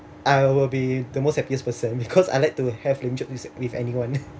I will be the most happiest person because I like to have lame jokes with so~ with anyone